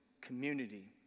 community